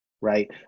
right